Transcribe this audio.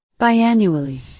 biannually